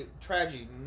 Tragedy